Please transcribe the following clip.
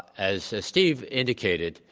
as steve indicated,